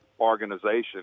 organization